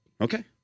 okay